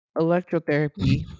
electrotherapy